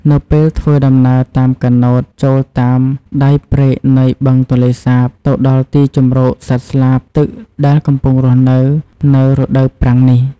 នៅពេលធ្វើដំណើរតាមកាណូត ចូលតាមដៃព្រែកនៃបឹងទន្លេសាប ទៅដល់ទីជម្រកសត្វស្លាបទឹកដែលកំពុងរស់នៅ នៅរដូវប្រាំងនេះ។